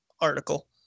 article